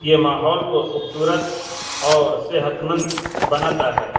یہ ماحول کو خوبصورت اور صحت مند بناتا ہے